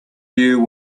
you